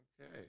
Okay